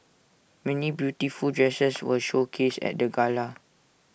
many beautiful dresses were showcased at the gala